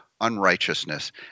unrighteousness